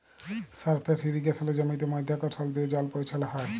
surface ইরিগেসলে জমিতে মধ্যাকরসল দিয়ে জল পৌঁছাল হ্যয়